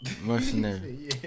mercenary